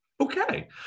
okay